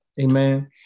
Amen